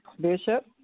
Bishop